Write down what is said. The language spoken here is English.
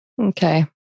Okay